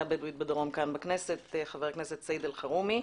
הבדואית בדרום כאן בכנסת - חבר הכנסת סעיד אלחרומי.